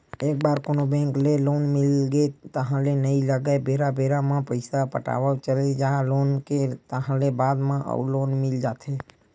एक बार कोनो बेंक ले लोन मिलगे ताहले नइ लगय बेरा बेरा म पइसा पटावत चले जा लोन के ताहले बाद म अउ लोन मिल जाथे